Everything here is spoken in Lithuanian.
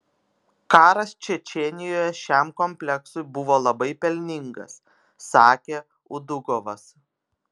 karas čečėnijoje šiam kompleksui buvo labai pelningas sakė udugovas